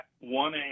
one